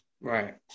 Right